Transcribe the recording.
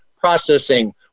Processing